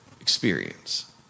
experience